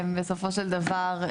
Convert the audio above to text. בסופו של דבר,